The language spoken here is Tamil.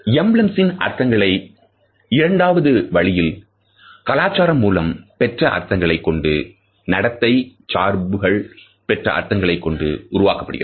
எம்பிளம்ஸ் ன் அர்த்தங்கள் இரண்டாவது வழியில் கலாச்சாரம் மூலம் பெற்ற அர்த்தங்களைக் கொண்டும் நடத்தை சார்புகள் பெற்ற அர்த்தங்களைக் கொண்டும் உருவாக்கப்படுகிறது